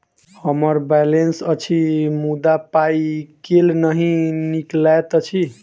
हम्मर बैलेंस अछि मुदा पाई केल नहि निकलैत अछि?